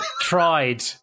tried